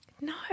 No